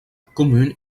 commune